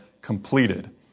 completed